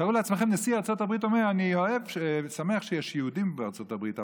תארו לכם את נשיא ארצות הברית אומר: אני שמח שיש יהודים בארצות הברית,